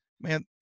man